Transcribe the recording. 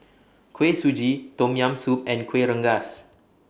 Kuih Suji Tom Yam Soup and Kuih Rengas